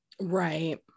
Right